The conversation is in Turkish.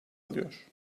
alıyor